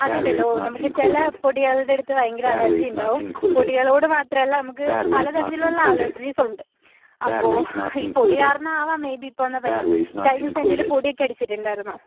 അതൊണ്ടല്ലോ നമുക്ക് ചെല പൊടികൾടെ അടുത്ത് ഭയങ്കര അലർജി ഉണ്ടാവും പൊടികളോട് മാത്രമല്ല നമക്ക് പല തരത്തിലുള്ള അലർജീസൊണ്ട് അപ്പോൾ ഈ പൊടി കാരണം ആവാം മേബി ഇപ്പമുള്ള പനി കഴിഞ്ഞിവസം എന്തേലും പൊടിയൊക്കെ അടിച്ചിട്ടുണ്ടായിരുന്നോ